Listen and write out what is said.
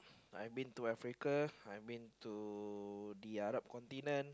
I've been to Africa I've been to the Arab continent